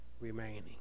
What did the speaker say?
remaining